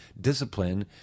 discipline